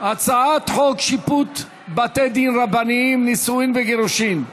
הצעת חוק שיפוט בתי דין רבניים (נישואין וגירושין)